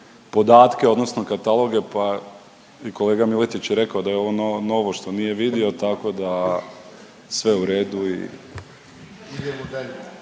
odnosno kataloge, pa i kolega Miletić je rekao da je ovo novo što nije vidio tako da sve u redu i.